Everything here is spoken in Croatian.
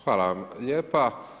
Hvala vam lijepa.